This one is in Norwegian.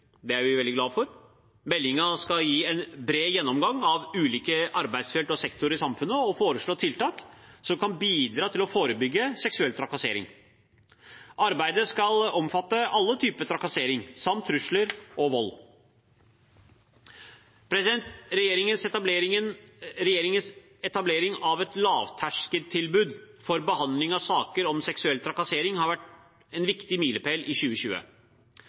Det er vi veldig glad for. Meldingen skal gi en bred gjennomgang av ulike arbeidsfelt og sektorer i samfunnet og foreslå tiltak som kan bidra til å forebygge seksuell trakassering. Arbeidet skal omfatte alle typer trakassering, samt trusler og vold. Regjeringens etablering av et lavterskeltilbud for behandling av saker om seksuell trakassering har vært en viktig milepæl i 2020.